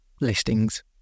listings